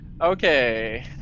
Okay